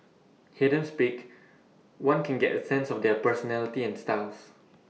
hear them speak one can get A sense of their personality and styles